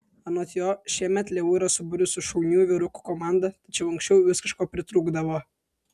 anot jo šiemet leu yra subūrusi šaunių vyrukų komandą tačiau anksčiau vis kažko pritrūkdavo